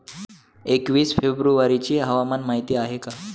एकवीस फेब्रुवारीची हवामान माहिती आहे का?